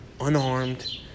unarmed